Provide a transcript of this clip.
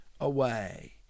away